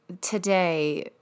today